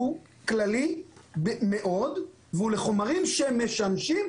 הוא כללי מאוד והוא לחומרים שמשמשים